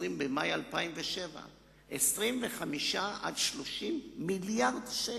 במאי 2007. מדובר על 25 30 מיליארד שקל.